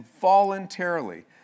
voluntarily